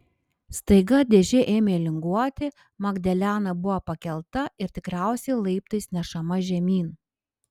staiga dėžė ėmė linguoti magdalena buvo pakelta ir tikriausiai laiptais nešama žemyn